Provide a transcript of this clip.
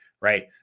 right